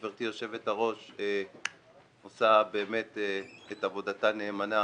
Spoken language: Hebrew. גברתי יושבת הראש עושה באמת את עבודתה נאמנה